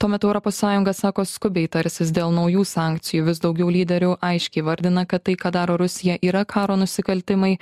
tuo metu europos sąjunga sako skubiai tarsis dėl naujų sankcijų vis daugiau lyderių aiškiai įvardina kad tai ką daro rusija yra karo nusikaltimai